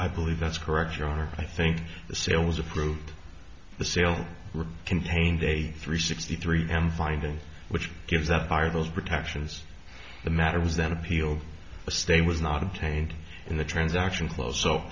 i believe that's correct your honor i think the sale was approved the sale contained a three sixty three m finding which gives that are those protections the matters that appealed a stay was not obtained in the transaction close so